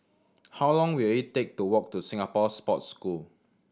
how long will it take to walk to Singapore Sports School